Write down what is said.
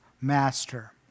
master